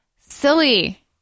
silly